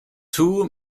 two